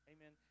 Amen